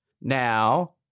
Now